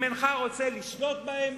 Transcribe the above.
אם אינך רוצה לשלוט בהם,